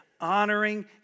honoring